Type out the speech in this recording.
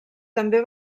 també